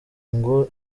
ngo